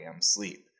sleep